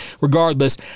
regardless